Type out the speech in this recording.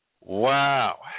wow